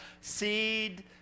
seed